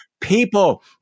people